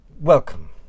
welcome